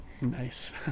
Nice